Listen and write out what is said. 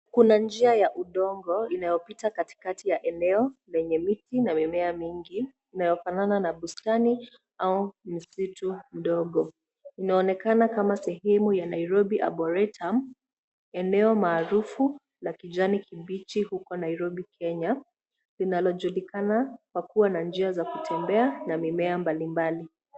Kuna njia ya udongo inayopita katikati ya eneo lenye miti na mimea mingi inayofanana na bustani au misitu ndogo. Inaonekana kama sehwmu ya Nairobi Aboretum eneo maarufu ya kijani kibichi huko Nairobi Kenya inayojulikana kwa kuwa na njia za kutembea na mimea mbalimbali.